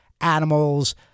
animals